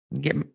Get